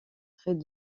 trait